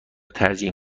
ترجیح